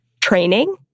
training